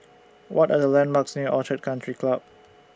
What Are The landmarks near Orchid Country Club